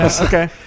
okay